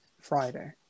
Friday